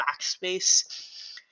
backspace